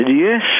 yes